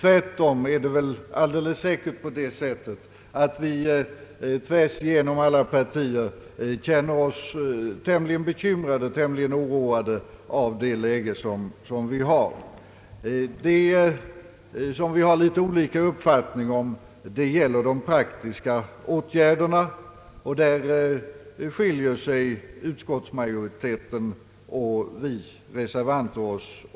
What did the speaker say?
Det är tvärtom alldeles säkert så att vi rakt igenom alla partier känner oss tämligen bekymrade över det rådande läget. Det som vi har i någon mån olika uppfattning om gäller de praktiska åtgärderna. Därvidlag skiljer sig utskottsmajoriteten från oss reservanter.